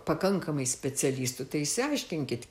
pakankamai specialistų tai išsiaiškinkit